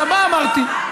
נא לסיים.